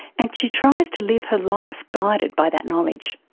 and she tries to live her life guided by that knowledge.